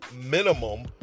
minimum